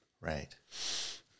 Right